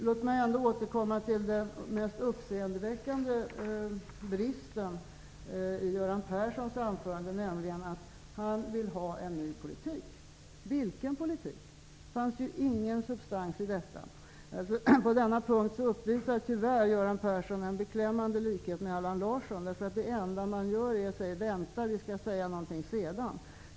Låt mig återkomma till den mest uppseendeväckande bristen i Göran Perssons anförande, nämligen att han vill ha en ny politik. Vilken politik? Det fanns ju ingen substans i detta. På denna punkt uppvisar tyvärr Göran Persson en beklämmande likhet med Allan Larsson. Det enda de gör är att säga: Vänta, vi skall säga något sedan.